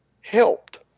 helped